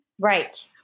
right